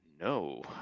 No